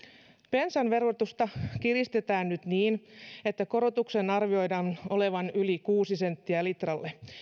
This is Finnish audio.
bensan verotusta kiristetään nyt niin että korotuksen arvioidaan olevan yli kuusi senttiä litralle